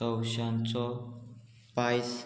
तवश्यांचो पायस